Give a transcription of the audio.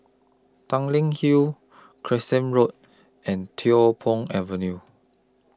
Tanglin Hill Carlisle Road and Tiong Poh Avenue